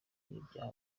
n’ibyaha